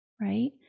right